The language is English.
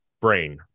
brain